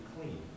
clean